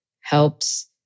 helps